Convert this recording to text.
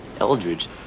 Eldridge